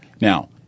now